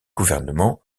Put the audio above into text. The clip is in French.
gouvernement